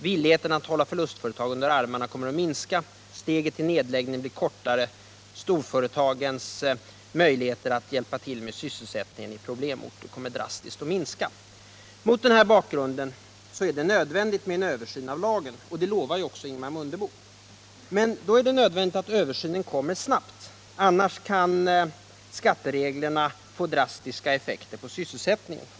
Villigheten att hålla förlustföretag under armarna kommer att minska. Steget till nedläggning blir kortare. Storföretagens möjligheter att hjälpa till med sysselsättningen i problemorter kommer drastiskt att minska. Mot den här bakgrunden är det nödvändigt med en översyn av lagen, och det lovar ju också Ingemar Mundebo. Men då är det nödvändigt att översynen kommer snabbt — annars kan skattereglerna få drastiska effekter på sysselsättningen.